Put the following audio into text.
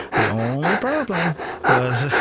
the only problem was